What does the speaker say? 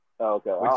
Okay